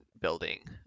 building